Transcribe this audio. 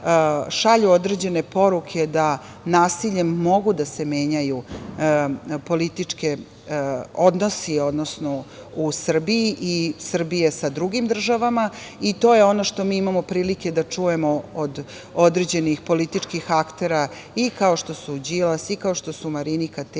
šalju određene poruke da nasiljem mogu da se menjaju politički odnosi u Srbiji i Srbije sa drugim državama. To je ono što mi imamo prilike da čujemo od određenih političkih aktera, kao što je Đilas, kao što je Marinika Tepić,